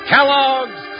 Kellogg's